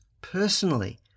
personally